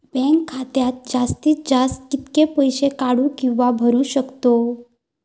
Bank खात्यात जास्तीत जास्त कितके पैसे काढू किव्हा भरू शकतो?